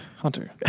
Hunter